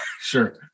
sure